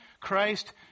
Christ